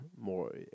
more